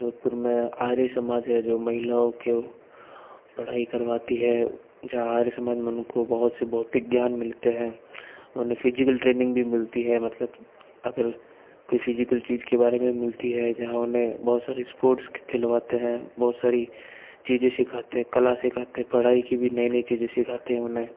जोधपुर मैं आर्य समाज है जो महिलाओं को पढ़ाई करवाती है जहाँ आर्य समाज को बहुत से भौतिक ज्ञान मिलते हैं उन्हें फिजिकल ट्रेनिंग भी मिलती है मतलब अगर फिजिकल चीज के बारे में मिलती है जहाँ उन्हें बहुत सारे के स्पोर्ट खिलवाते हैं बहुत सारी चीज़ें सिखाते कला सिखाते पढाई की भी नई नई चीज़ें सिखाते हैं उन्हें